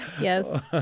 Yes